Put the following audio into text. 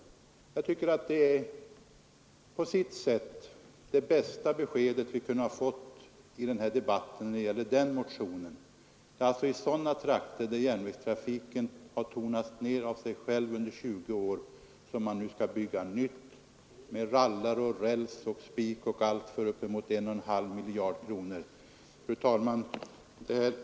Jag tycker att det på sitt sätt är det bästa besked vi kunde ha fått i denna debatt när det gäller den motionen. I sådana trakter där järnvägstrafiken gått sämre och sämre under 20 år skall man alltså nu bygga nytt med rallare, räls, spik och allt för uppemot 1 1/2 miljard kronor. Fru talman!